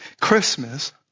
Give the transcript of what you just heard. Christmas